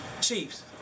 chiefs